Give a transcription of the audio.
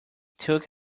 took